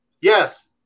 Yes